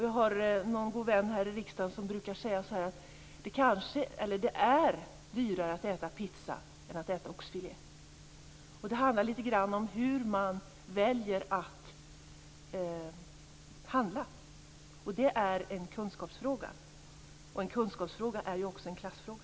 Jag har en god vän här i riksdagen som brukar säga att det är dyrare att äta pizza än att äta oxfilé. Det handlar lite grann om hur man väljer att handla. Det är en kunskapsfråga, och en kunskapsfråga är också en klassfråga.